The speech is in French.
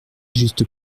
juste